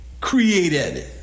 created